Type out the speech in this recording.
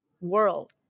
world